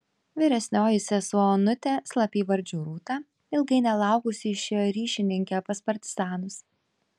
vyresnioji sesuo onutė slapyvardžiu rūta ilgai nelaukusi išėjo ryšininke pas partizanus